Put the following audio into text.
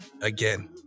Again